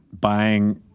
buying